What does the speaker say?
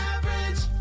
Average